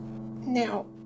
Now